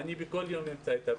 כל יום אני בקשר אתה.